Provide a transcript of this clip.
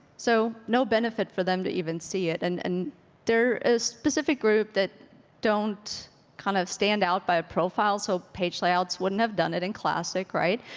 so no benefit for them to even see it. and and they're a specific group that don't kind of stand out by a profile. so page layouts wouldn't have done it in classic, right?